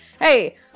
hey